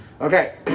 Okay